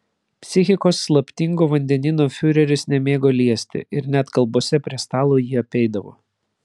psichikos slaptingo vandenyno fiureris nemėgo liesti ir net kalbose prie stalo jį apeidavo